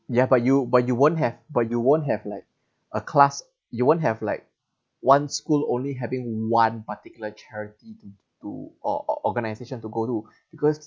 ya but you but you won't have but you won't have like a class you won't have like one school only having one particular charity to to do or~ organisation to go to because